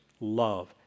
love